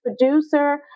producer